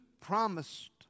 promised